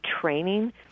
training